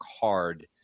hard